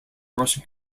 russian